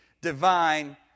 divine